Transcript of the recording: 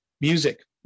Music